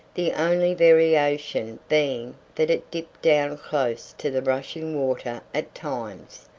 the only variation being that it dipped down close to the rushing water at times,